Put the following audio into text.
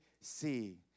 see